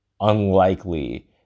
unlikely